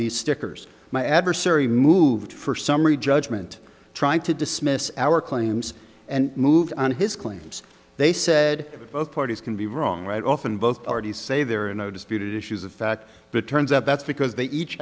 these stickers my adversary moved for summary judgment trying to dismiss our claims and move on his claims they said both parties can be wrong right off and both parties say there are no disputed issues of fact returns out that's because they each